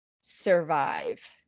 survive